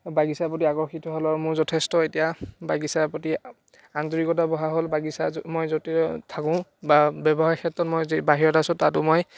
বাগিছাৰ প্ৰতি আকৰ্ষিত হ'লোঁ আৰু মোৰ যথেষ্ট এতিয়া বাগিছাৰ প্ৰতি আন্তৰিকতা বঢ়া হ'ল বাগিছা মই যদিও থাকোঁ বা ব্যৱসায়ৰ ক্ষেত্ৰত মই বাহিৰত আছোঁ তাতো মই